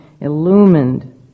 illumined